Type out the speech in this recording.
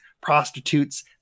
prostitutes